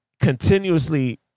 continuously